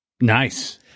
Nice